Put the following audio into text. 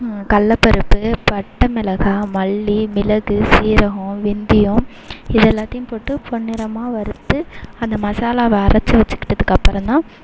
கல்ல பருப்பு பட்டை மிளகா மல்லி மிளகு சீரகம் வெந்தயம் இது எல்லாத்தையும் போட்டு பொன்னிறமாக வறுத்து அந்த மசாலாவை அரைச்சு வச்சிக்கிட்டதுக்கப்புறம் தான்